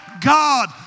God